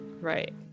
right